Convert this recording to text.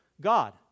God